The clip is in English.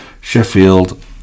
Sheffield